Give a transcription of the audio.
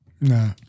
No